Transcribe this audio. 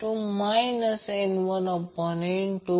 तर ते मुळात ω0 BW बँडविड्थ आहे